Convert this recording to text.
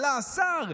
עלה השר,